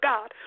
God